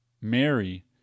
Mary